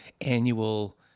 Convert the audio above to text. annual